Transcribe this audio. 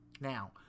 Now